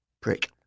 prick